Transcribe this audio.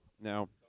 Now